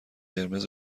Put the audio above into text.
قرمز